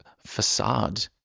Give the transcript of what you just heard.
facade